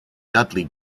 dudley